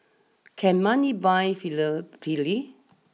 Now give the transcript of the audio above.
can money buy filial piety